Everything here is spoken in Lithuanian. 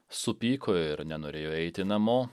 supyko ir nenorėjo eiti namo